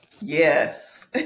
Yes